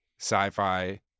sci-fi